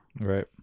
right